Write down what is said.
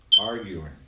arguing